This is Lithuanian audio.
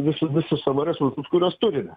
visų visus savo resursus kuriuos turime